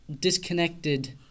disconnected